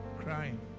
crying